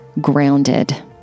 grounded